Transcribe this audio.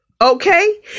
Okay